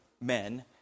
men